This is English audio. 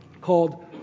called